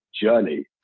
journey